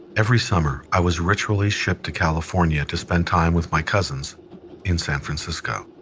every summer, i was ritually shipped to california to spend time with my cousins in san francisco.